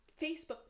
facebook